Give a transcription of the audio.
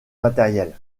matérielles